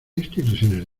instituciones